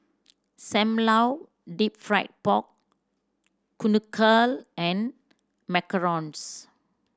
Sam Lau Deep Fried Pork Knuckle and macarons